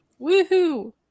Woohoo